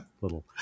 little